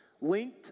linked